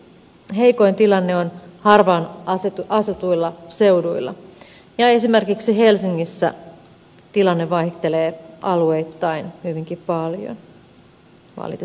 heikoin tilanne on harvaanasutuilla seuduilla ja esimerkiksi helsingissä tilanne vaihtelee alueittain hyvinkin paljon valitettavasti